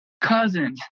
cousins